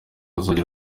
hagira